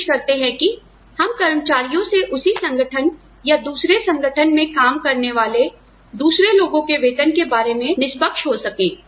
हम कोशिश करते हैं कि हम कर्मचारियों से उसी संगठन या दूसरे संगठन में काम करने वाले दूसरे लोगो के वेतन के बारे में निष्पक्ष हो सके